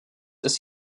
ist